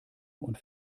und